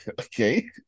Okay